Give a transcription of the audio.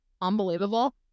unbelievable